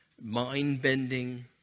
mind-bending